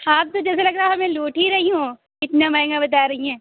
آپ تو جیسا لگ رہا ہے ہمیں لوٹ ہی رہی ہوں اتنا مہنگا بتا رہی ہیں